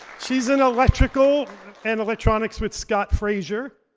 she's in electrical and electronics with scott fraser.